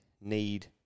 need